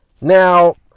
Now